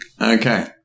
Okay